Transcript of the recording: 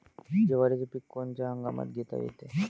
जवारीचं पीक कोनच्या हंगामात घेता येते?